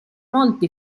molto